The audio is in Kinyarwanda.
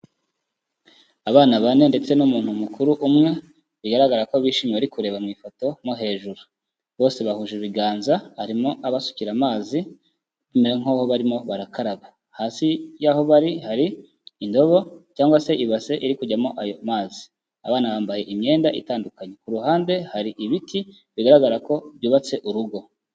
Abana bane ndetse n'umuntu mukuru umwe, bigaragara ko bishimye bari kureba mu ifoto mo hejuru, bose bahuje ibiganza arimo abasukira amazi bamera nkaho barimo barakaraba, hasi y'aho bari hari indobo cyangwa se ibase iri kujyamo ayo mazi, abana bambaye imyenda itandukanye, ku ruhande hari ibiti bigaragara ko byubatse urugo.